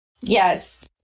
Yes